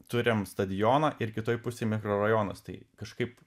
turim stadioną ir kitoj pusėj mikrorajonus tai kažkaip